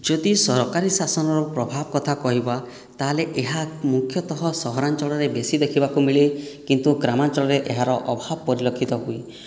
ଯଦି ସରକାରୀ ଶାସନର ପ୍ରଭାବ କଥା କହିବା ତା'ହେଲେ ଏହା ମୁଖ୍ୟତଃ ସହରାଞ୍ଚଳରେ ବେଶି ଦେଖିବାକୁ ମିଳେ କିନ୍ତୁ ଗ୍ରାମାଞ୍ଚଳରେ ଏହାର ଅଭାବ ପରିଲକ୍ଷିତ ହୁଏ